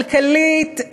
כלכלית,